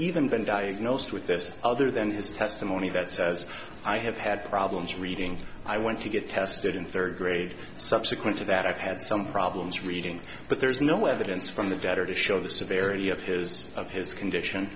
even been diagnosed with this other than his testimony that says i have had problems reading i went to get tested in third grade subsequent to that i've had some problems reading but there is no evidence from the data to show the severity of his of his condition